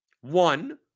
one